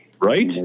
Right